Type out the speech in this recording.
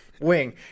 wing